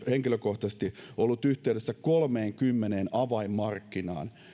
henkilökohtaisesti ollut yhteydessä kolmeenkymmeneen avainmarkkinaan